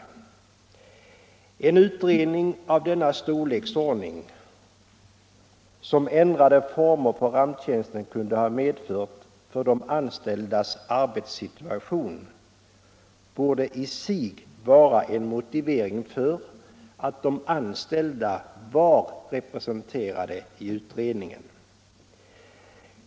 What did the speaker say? De konsekvenser som ändrade former för ramptjänsten kunde ha fått för de anställdas arbetssituation borde i sig vara en motivering för att de anställda skulle vara representerade i utredningen.